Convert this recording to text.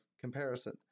comparison